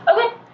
Okay